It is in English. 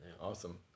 Awesome